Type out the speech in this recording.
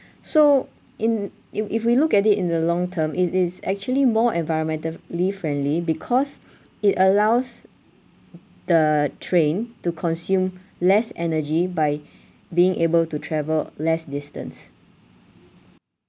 so in if if we look at it in the long term it is actually more environmentally friendly because it allows the train to consume less energy by being able to travel less distance